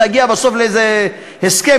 להגיע בסוף לאיזה הסכם,